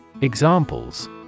Examples